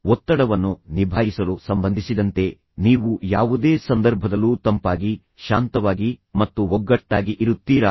ಒತ್ತಡವನ್ನು ನಿಭಾಯಿಸಲು ಸಂಬಂಧಿಸಿದಂತೆ ನೀವು ಯಾವುದೇ ಸಂದರ್ಭದಲ್ಲೂ ತಂಪಾಗಿ ಶಾಂತವಾಗಿ ಮತ್ತು ಒಗ್ಗಟ್ಟಾಗಿ ಇರುತ್ತೀರಾ